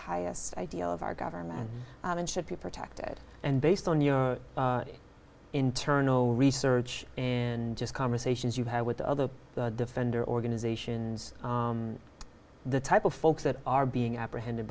highest ideal of our government and should be protected and based on your internal research in just conversations you had with the other defender organizations the type of folks that are being apprehended